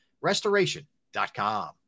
Restoration.com